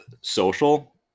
social